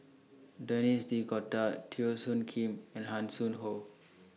Denis D'Cotta Teo Soon Kim and Hanson Ho